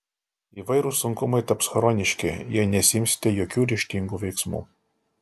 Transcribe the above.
įvairūs sunkumai taps chroniški jei nesiimsite jokių ryžtingų veiksmų